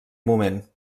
moment